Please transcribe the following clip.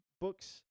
books